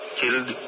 killed